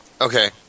Okay